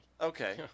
Okay